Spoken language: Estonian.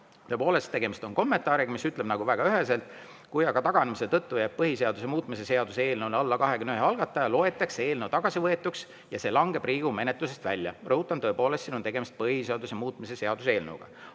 Tõepoolest, tegemist on kommentaariga, mis ütleb väga üheselt: kui taganemise tõttu jääb põhiseaduse muutmise seaduse eelnõule alla 21 algataja, loetakse eelnõu tagasivõetuks ja see langeb Riigikogu menetlusest välja. Rõhutan, siin on tegemist põhiseaduse muutmise seaduse eelnõuga.